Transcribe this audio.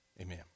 Amen